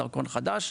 דרכון חדש,